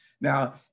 Now